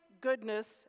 Goodness